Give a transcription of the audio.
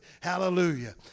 Hallelujah